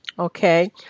Okay